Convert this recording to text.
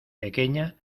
pequeña